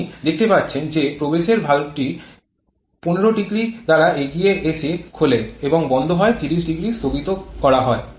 আপনি দেখতে পাচ্ছেন যে প্রবেশের ভালভটি ১৫0 দ্বারা এগিয়ে এসে খোলে এবং বন্ধ ৩০0 স্থগিততে করা হয়েছে